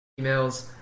emails